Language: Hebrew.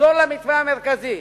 תחזור למתווה המרכזי.